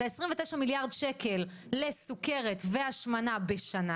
את ה-29 מיליארד ₪ לסוכרת והשמנה בשנה